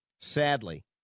Sadly